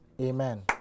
Amen